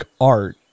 art